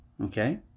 Okay